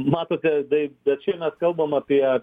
matote tai bet čia mes kalbam apie